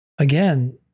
Again